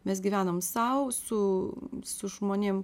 mes gyvenom sau su su žmonėm